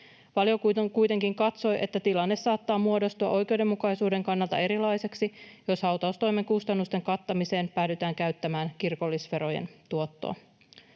Valiokunta kuitenkin katsoi, että tilanne saattaa muodostua oikeudenmukaisuuden kannalta erilaiseksi, jos hautaustoimen kustannusten kattamiseen päädytään käyttämään kirkollisverojen tuottoa.